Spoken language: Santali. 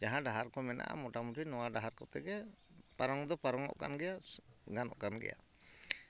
ᱡᱟᱦᱟᱸ ᱰᱟᱦᱟᱨ ᱠᱚ ᱢᱮᱱᱟᱜᱼᱟ ᱢᱚᱴᱟᱢᱩᱴᱤ ᱱᱚᱣᱟ ᱰᱟᱦᱟᱨ ᱠᱚᱛᱮᱜᱮ ᱯᱟᱨᱚᱢ ᱫᱚ ᱯᱟᱨᱚᱢᱚᱜ ᱠᱟᱱ ᱜᱮᱭᱟ ᱜᱟᱱᱚᱜ ᱠᱟᱱᱜᱮᱭᱟ